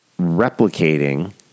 replicating